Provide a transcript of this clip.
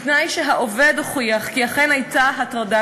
בתנאי שהעובד הוכיח כי אכן הייתה הטרדה